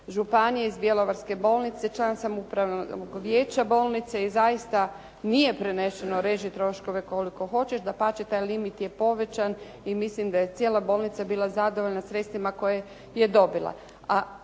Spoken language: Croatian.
županije, iz bjelovarske bolnice, član sam Upravnog vijeća bolnice i zaista nije preneseno reži troškove koliko hoćeš. Dapače, taj limit je povećan i mislim da je cijela bolnica bila zadovoljna sredstvima koje je dobila